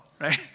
right